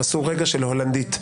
היה רגע של הולנדית.